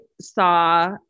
saw